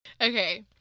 Okay